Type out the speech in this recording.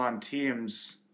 teams